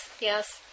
yes